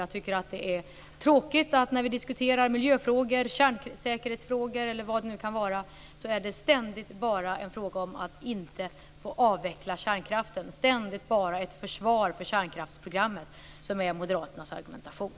Jag tycker att det är tråkigt att när vi diskuterar miljöfrågor, kärnsäkerhetsfrågor eller vad det nu kan vara är det ständigt bara en fråga om att vi inte får avveckla kärnkraften, ständigt bara ett försvar för kärnkraftsprogrammet, som är moderaternas argumentation.